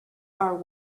are